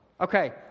Okay